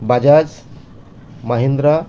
Bajaj Mahindra